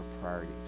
priorities